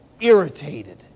irritated